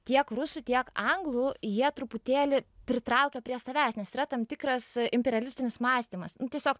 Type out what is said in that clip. tiek rusų tiek anglų jie truputėlį pritraukia prie savęs nes yra tam tikras imperialistinis mąstymas tiesiog